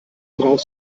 brauchst